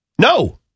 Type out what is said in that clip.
No